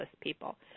people